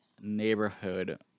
neighborhood